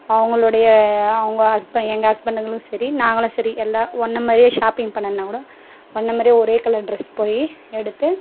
அவங்களுடைய அவங்க ஹஸ்பண்ட் எங்கள் ஹஸ்பண்டுங்களும் சரி நாங்களும் சரி எல்லாம் ஒன்னாக மாதிரியே ஷாப்பிங் பண்ணணுன்னா கூடும் ஒன்னாக மாதிரியே ஒரே கலர் ட்ரெஸ் போய் எடுத்து